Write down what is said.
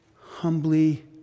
humbly